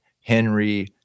Henry